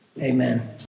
Amen